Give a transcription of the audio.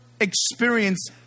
experience